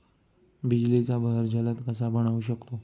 बिजलीचा बहर जलद कसा बनवू शकतो?